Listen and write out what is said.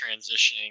transitioning